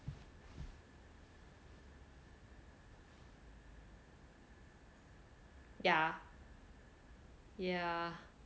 yeah yeah